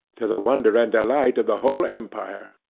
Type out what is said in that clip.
to the wonder and delight of the whole empire.